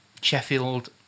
Sheffield